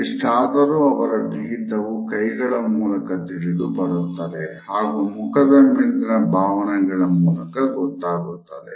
ಇಷ್ಟಾದರೂ ಇವರ ಬಿಗಿತವು ಕೈಗಳ ಮೂಲಕ ತಿಳಿದು ಬರುತ್ತದೆ ಹಾಗು ಮುಖದ ಮೇಲಿನ ಭಾವನೆಗಳ ಮೂಲಕ ಗೊತ್ತಾಗುತ್ತದೆ